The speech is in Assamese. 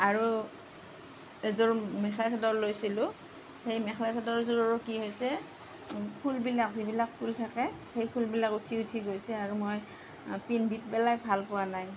আৰু এযোৰ মেখেলা চাদৰ লৈছিলোঁ সেই মেখেলা চাদৰ যোৰৰো কি হৈছে ফুলবিলাক যিবিলাক ফুল থাকে সেই ফুলবিলাক উঠি উঠি গৈছে আৰু মই পিন্ধি পেলাই ভাল পোৱা নাই